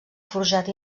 forjat